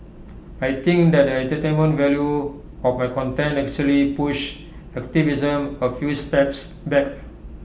I think that the entertainment value of my content actually pushed activism A few steps back